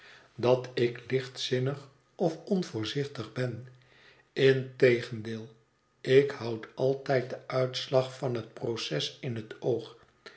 dat ik lichtzinnig of onvoorzichtig ben integendeel ik houd altijd den uitslag van het proces in het oog